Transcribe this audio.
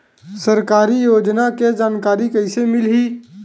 सरकारी योजना के जानकारी कइसे मिलही?